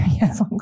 yes